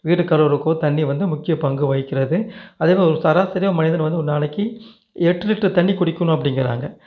வீடு கழுவதுக்கோ தண்ணி வந்து முக்கிய பங்கு வகிக்கிறது அதில் ஒரு சரா சரியாக மனிதன் வந்து ஒரு நாளைக்கு எட்டு லிட்டர் தண்ணி குடிக்கணும் அப்படிங்கிறாங்க